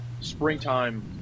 springtime